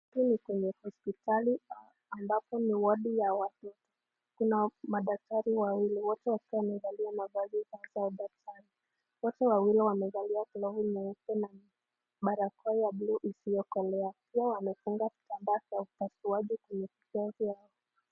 Hii ni kwnye hospitali ambapo ni wadi ya watu. Kuna madaktari wawili wote wakiwa wamevalia mavazi zao za udaktari. Wote wawili wamevalia glavu nyeupe na barakoa ya buluu iliokolea, pia wamefunga kitambaa cha upaswaji kwenye..